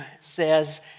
says